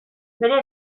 bere